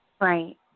Right